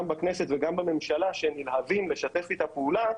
בכנסת וגם בממשלה שהם נלהבים לשתף איתה פעולה,